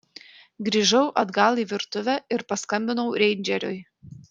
grįžau atgal į virtuvę ir paskambinau reindžeriui